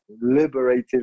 liberating